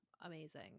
amazing